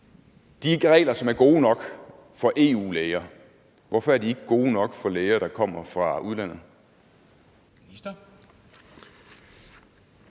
de regler, som er gode nok for EU-læger, ikke gode nok for læger, der kommer fra udlandet? Kl.